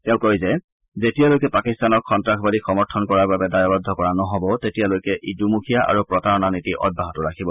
তেওঁ কয় যে যেতিয়ালৈকে পাকিস্তানক সন্তাসবাদীক সমৰ্থন কৰাৰ বাবে দায়ৱদ্ধ কৰা নহ'ব তেতিয়ালৈকে ই দুমুখীয়া আৰু প্ৰতাৰণা নীতি অব্যাহত ৰাখিব